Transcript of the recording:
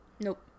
Nope